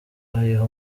ayiha